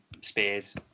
spears